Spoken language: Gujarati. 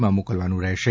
માં મોકલવાનું રહેશે